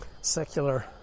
secular